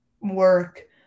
work